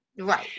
Right